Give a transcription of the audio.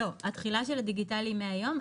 התחילה של הדיגיטלי מהיום,